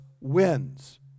wins